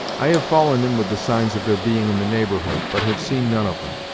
i have fallen in with the signs of their being in the neighborhood, but have seen none of em.